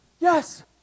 yes